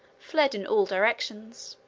fled in all directions.